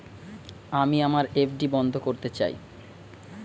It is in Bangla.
আমি আমার এফ.ডি বন্ধ করতে চাই